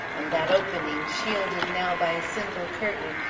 and that opening shielded now by a simple curtain,